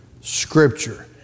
scripture